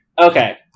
Okay